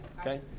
okay